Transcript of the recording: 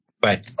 Bye